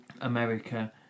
America